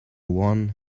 one